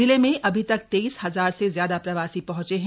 जिले में अभी तक तेइस हजार से ज्यादा प्रवासी पहंचे हैं